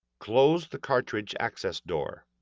close the cartridge access door.